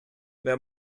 wer